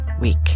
week